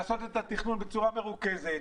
לעשות את התכנון בצורה מרוכזת.